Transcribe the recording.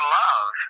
love